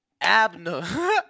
Abner